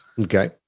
Okay